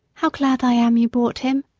how glad i am you bought him!